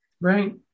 Right